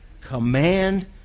command